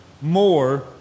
more